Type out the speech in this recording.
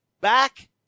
back